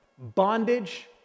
Bondage